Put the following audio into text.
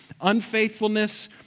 Unfaithfulness